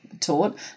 taught